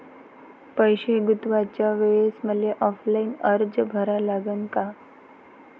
पैसे गुंतवाच्या वेळेसं मले ऑफलाईन अर्ज भरा लागन का?